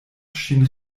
ŝin